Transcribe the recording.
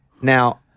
Now